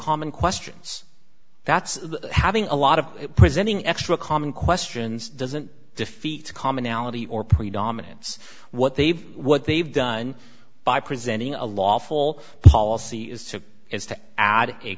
common questions that's having a lot of presenting extra common questions doesn't defeat commonality or predominance what they've what they've done by presenting a lawful policy is to is